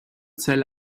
zell